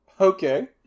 Okay